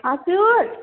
हजुर